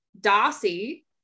Darcy